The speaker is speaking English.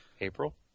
April